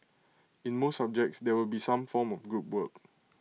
in most subjects there will be some form of group work